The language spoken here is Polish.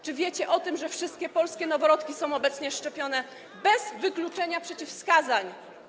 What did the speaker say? Czy wiecie o tym, że wszystkie polskie noworodki są obecnie szczepione bez wykluczenia przeciwwskazań?